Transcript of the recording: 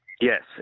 Yes